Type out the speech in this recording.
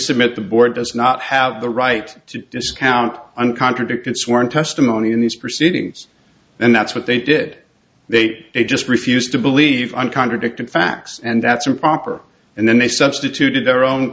submit the board does not have the right to discount an contradicted sworn testimony in these proceedings and that's what they did they they just refused to believe i'm contradicting facts and that's improper and then they substituted their own